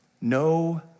no